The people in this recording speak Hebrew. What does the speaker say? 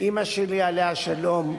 אמא שלי, עליה השלום,